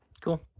Cool